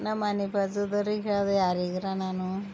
ನಮ್ಮನೆ ಬಾಜುದರಿಗೆ ಹೇಳಿದೆ ಯಾರಿಗರ ನಾನು